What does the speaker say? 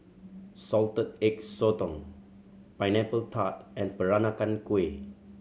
Salted Egg Sotong Pineapple Tart and Peranakan Kueh